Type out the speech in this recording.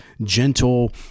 gentle